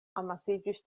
amasiĝis